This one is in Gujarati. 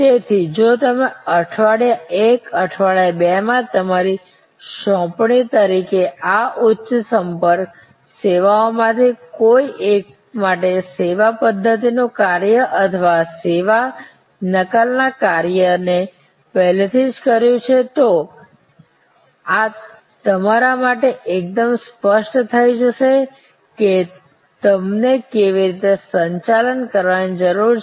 તેથી જો તમે અઠવાડિયા 1 અઠવાડિયા 2 માં તમારી સોંપણી તરીકે આ ઉચ્ચ સંપર્ક સેવાઓમાંથી કોઈ એક માટે સેવા પદ્ધત્તિ નું કર્યા અથવા સેવા નકલ ના કર્યા ને પહેલેથી જ કર્યું છે તો આ તમારા માટે એકદમ સ્પષ્ટ થઈ જશે કે તમારે કેવી રીતે સંચાલન કરવાની જરૂર છે